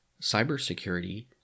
cybersecurity